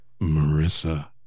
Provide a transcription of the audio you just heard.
Marissa